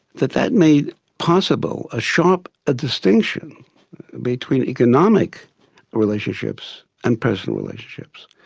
that that made possible a sharp ah distinction between economic relationships and personal relationships.